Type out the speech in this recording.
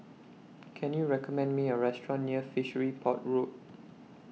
Can YOU recommend Me A Restaurant near Fishery Port Road